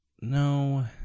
No